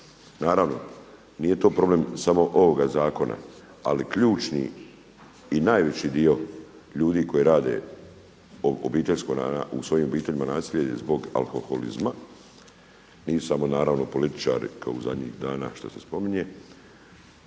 Naravno, nije to problem samo ovoga zakona, ali ključni i najveći dio ljudi koji rade u svojim obiteljima nasilje je zbog alkoholizma. Nisu samo političari kao zadnjih dana što se spominje.